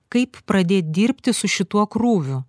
kaip pradėti dirbti su šituo krūviu